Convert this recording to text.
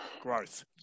growth